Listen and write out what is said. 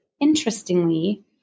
interestingly